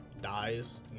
dies